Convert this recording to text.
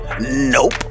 Nope